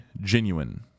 genuine